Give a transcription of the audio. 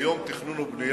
היום תכנון ובנייה.